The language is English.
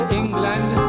england